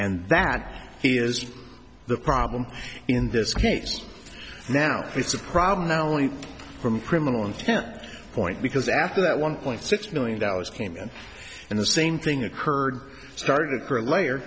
and that he is the problem in this case now it's a problem not only from criminal intent point because after that one point six million dollars came in and the same thing occurred started layer